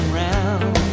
round